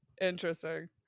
Interesting